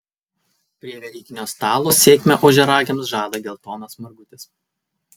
prie velykinio stalo sėkmę ožiaragiams žada geltonas margutis